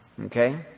Okay